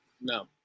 No